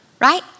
right